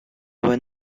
when